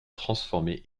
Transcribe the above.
transformés